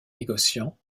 négociant